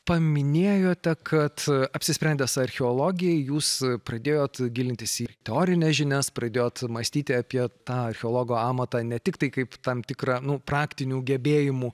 paminėjote kad apsisprendęs archeologijai jūs pradėjot gilintis į teorines žinias pradėjot mąstyti apie tą archeologo amatą ne tiktai kaip tam tikrą nu praktinių gebėjimų